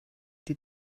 die